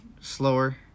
slower